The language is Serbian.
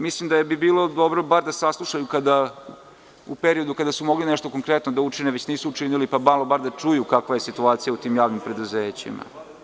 Mislim da bi bilo dobro bar da saslušaju u periodu kada su mogli nešto konkretno da učine, nisu učinili, pa bar da čuju kakva je situacija u tim javnim preduzećima.